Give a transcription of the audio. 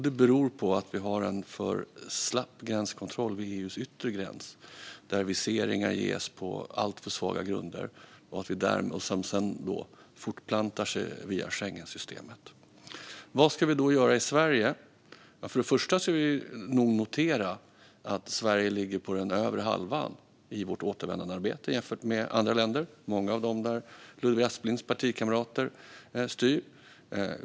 Det beror på att vi har en för slapp gränskontroll vid EU:s yttre gräns, där viseringar ges på alltför svaga grunder och som sedan fortplantas via Schengensystemet. Vad ska vi då göra i Sverige? Först och främst ska man notera att Sverige ligger på den övre halvan i vårt återvändandearbete jämfört med andra länder. Många av dem är länder där Ludvig Asplings partikamrater styr.